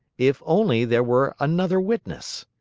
if only there were another witness!